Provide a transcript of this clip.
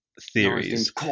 Theories